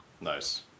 Nice